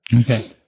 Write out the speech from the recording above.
Okay